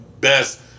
best